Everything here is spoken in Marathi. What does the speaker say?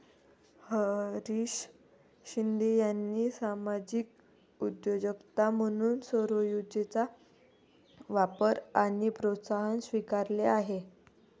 हरीश शिंदे यांनी सामाजिक उद्योजकता म्हणून सौरऊर्जेचा वापर आणि प्रोत्साहन स्वीकारले आहे